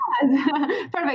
Perfect